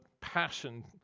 passion